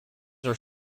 are